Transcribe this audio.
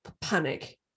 panic